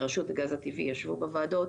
רשות הגז הטבעי ישבו בוועדות,